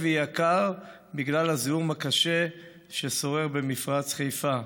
ויקר בגלל הזיהום הקשה ששורר במפרץ חיפה.